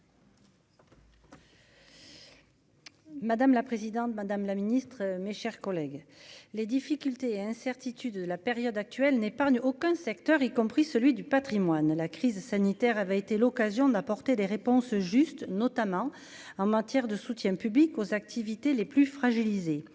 Madame la présidente, madame la ministre, mes chers collègues, les difficultés incertitude de la période actuelle n'épargne aucun secteur, y compris celui du Patrimoine, la crise sanitaire avait été l'occasion d'apporter des réponses justes, notamment en matière de soutien public aux activités les plus fragilisées